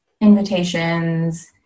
invitations